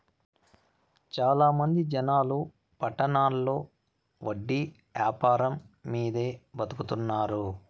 చాలా మంది జనాలు పట్టణాల్లో వడ్డీ యాపారం మీదే బతుకుతున్నారు